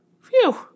Phew